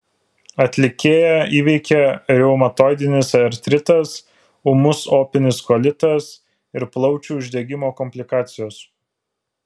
atlikėją įveikė reumatoidinis artritas ūmus opinis kolitas ir plaučių uždegimo komplikacijos